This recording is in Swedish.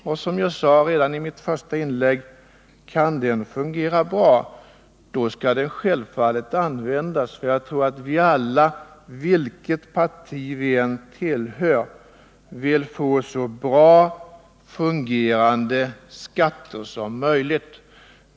Och, som jag sade redan i mitt första inlägg, kan den fungera bra skall den självfallet användas, för jag tror att vi alla, vilket parti vi än tillhör, vill få så bra fungerande skatter som möjligt.